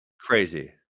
crazy